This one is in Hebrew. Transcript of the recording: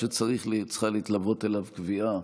שצריכה להתלוות אליו קביעה